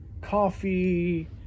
coffee